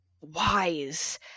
wise